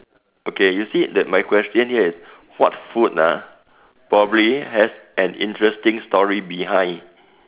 okay you see that my question here is what food ah probably has an interesting story behind